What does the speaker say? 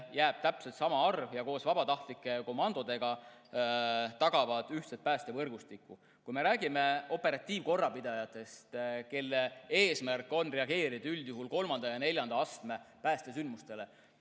jääb täpselt sama arv ja koos vabatahtlike komandodega tagavad nad ühtse päästevõrgustiku. Kui me räägime operatiivkorrapidajatest, kelle eesmärk on reageerida üldjuhul kolmanda ja neljanda astme päästesündmustele